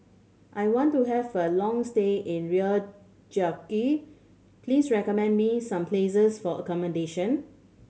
I want to have a long stay in Reykjavik please recommend me some places for accommodation